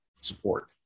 support